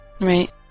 Right